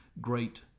great